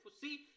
See